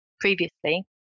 previously